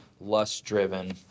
lust-driven